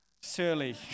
Surely